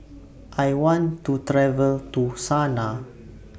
I want to travel to Sanaa